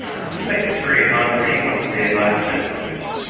i suspect it's very hard for anyone to be a bystander on this.